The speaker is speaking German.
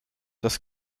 das